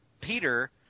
Peter